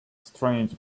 strange